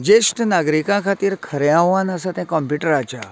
जेश्ट नागरिकां खातीर खरें आव्हान आसा ते काॅम्प्युटराचें आहा